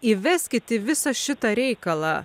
įveskit į visą šitą reikalą